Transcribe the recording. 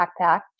backpack